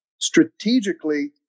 strategically